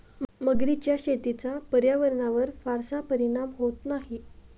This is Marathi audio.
मगरीच्या शेतीचा पर्यावरणावर फारसा परिणाम होत नाही